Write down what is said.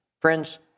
Friends